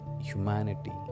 Humanity